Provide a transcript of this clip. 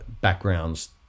backgrounds